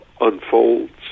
unfolds